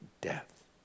death